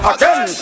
Again